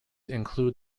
include